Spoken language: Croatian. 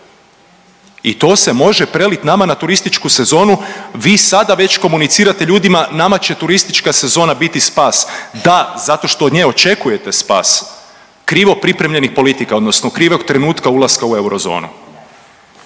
I to se može preliti nama na turističku sezonu. Vi sada već komunicirate ljudima nama će turistička sezona biti spas. Da, zato što od nje očekujete spas krivo pripremljenih politika, odnosno krivog trenutka ulaska u eurozonu.